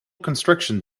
construction